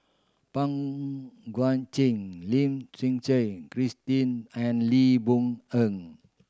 Pang Guek Cheng Lim Suchen Christine and Lee Boon En